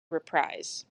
reprise